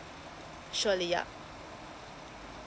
surely yeah